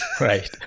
right